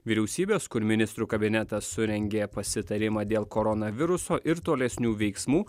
vyriausybės kur ministrų kabinetas surengė pasitarimą dėl koronaviruso ir tolesnių veiksmų